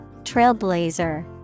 Trailblazer